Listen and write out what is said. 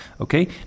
Okay